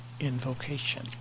invocation